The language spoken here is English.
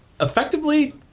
effectively